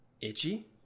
Itchy